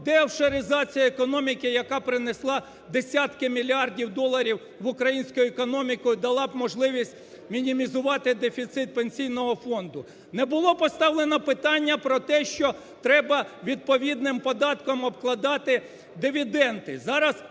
деофшоризацію економіки, яка б принесла десятки мільярдів доларів в українську економіку і дала б можливість мінімізувати дефіцит Пенсійного фонду. Не було поставлено питання про те, що треба відповідним податком обкладати дивіденди.